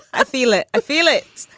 i feel it. i feel it